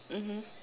mmhmm